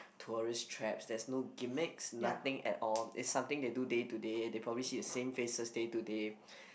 tourist traps there's no gimmicks nothing at all it's something they do day to say they probably see the same faces day to day